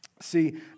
See